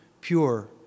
pure